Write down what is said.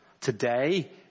Today